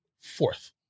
Fourth